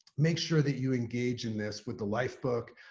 make sure that you engage in this with the lifebook.